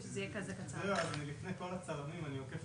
זה לא מספיק